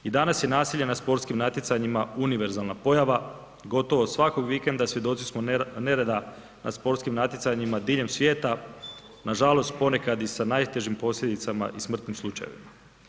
I danas je nasilje na sportskim natjecanjima univerzalna pojava, gotovo svakog vikenda svjedoci smo nereda na sportskim natjecanjima diljem svijeta, nažalost ponekad i sa najtežim posljedicama i smrtnim slučajevima.